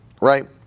right